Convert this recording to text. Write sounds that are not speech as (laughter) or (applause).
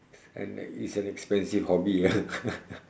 and that is a expensive hobby ah (laughs)